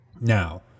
Now